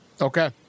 Okay